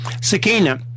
Sakina